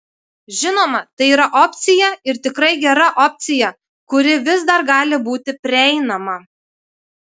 žinoma tai yra opcija ir tikrai gera opcija kuri vis dar gali būti prieinama